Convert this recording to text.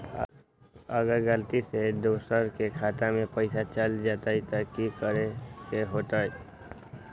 अगर गलती से दोसर के खाता में पैसा चल जताय त की करे के होतय?